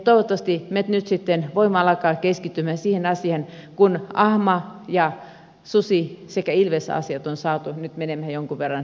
toivottavasti me nyt sitten voimme alkaa keskittymään siihen asiaan kun ahma ja susi sekä ilvesasiat on saatu menemään jonkun verran